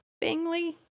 Bingley